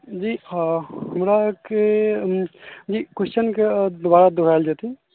जी हमराके जी ई क्वेस्चनकेँ दुबारा दोहराएल जेतै